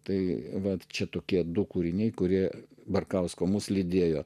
tai vat čia tokie du kūriniai kurie barkausko mus lydėjo